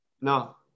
no